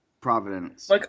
Providence